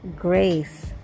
Grace